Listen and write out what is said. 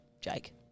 Jake